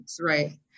Right